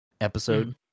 episode